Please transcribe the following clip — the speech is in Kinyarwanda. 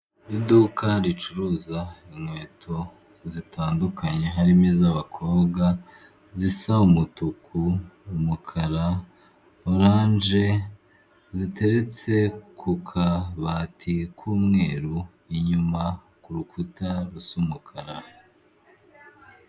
Iduka ricuruza inkweto zitandukanye harimo iz'abakobwa zisa umutuku, umukara, oranje zitereretse ku kabati k'umweru inyuma ku rukuta rusa umukara.